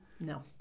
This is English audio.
no